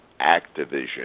Activision